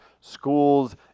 schools